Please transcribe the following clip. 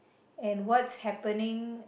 and what's happening